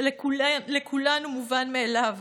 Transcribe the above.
שלכולנו מובן מאליו,